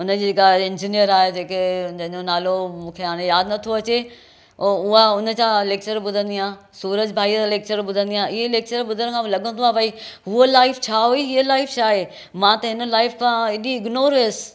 हुन जी जेका इंजीनियर आहे जेके हुन जो नालो मूंखे हाणे यादि नथो अचे उहो उहा हुन जा लैक्चर ॿुधंदी आहियां सूरज भाई उहो लैक्चर ॿुधंदी आहियां इहे लैक्चर ॿुधण खां पोइ लॻंदो आहे भई उहो लाइफ छा हुई इहा लाइफ छा आहे मां त हिन लाइफ खां हेॾी इग्नोर हुअसि